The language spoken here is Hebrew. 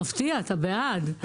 מפתיע, אתה בעד.